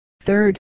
third